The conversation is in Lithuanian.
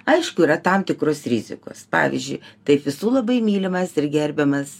aišku yra tam tikrus rizikos pavyzdžiu taip visų labai mylimas ir gerbiamas